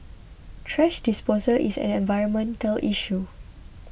thrash disposal is an environmental issue